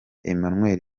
emmanuel